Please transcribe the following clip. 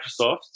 Microsoft